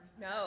No